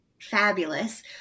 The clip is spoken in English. fabulous